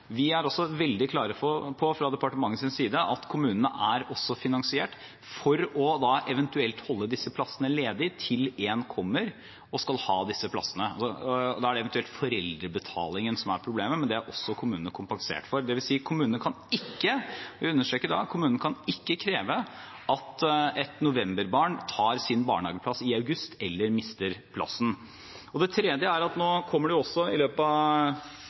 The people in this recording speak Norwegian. Vi er også veldig klare på fra departementets side at kommunene også er finansiert for eventuelt å holde disse plassene ledige til en kommer og skal ha disse plassene. Da er det eventuelt foreldrebetalingen som er problemet, men dette er også kommunene kompensert for. Det vil si at kommunene kan ikke – jeg understreker det – kreve at et novemberbarn tar sin barnehageplass i august eller mister plassen. For det tredje: Nå kommer – i løpet av